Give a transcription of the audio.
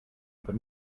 open